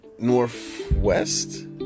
Northwest